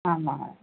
ஆமாம்ங்க